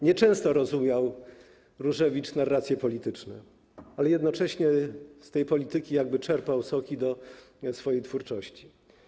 Nieczęsto rozumiał Różewicz narrację polityczną, ale jednocześnie z tej polityki jakby czerpał soki do swojej twórczości.